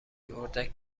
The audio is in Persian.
اردک